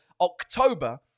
October